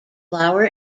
flower